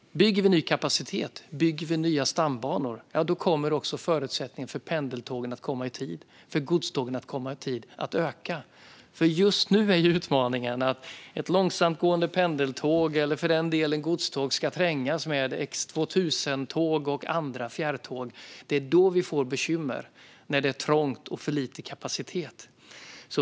Bygger vi ny kapacitet och nya stambanor kommer också förutsättningarna för pendeltågen och godstågen att komma i tid att öka. Just nu är utmaningen att ett långsamgående pendeltåg eller godståg ska trängas med X2000-tåg och andra fjärrtåg. Det är då vi får bekymmer, när det är trångt och för lite kapacitet.